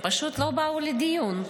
הם פשוט לא באו לדיון.